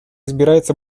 избирается